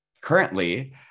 Currently